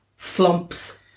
Flumps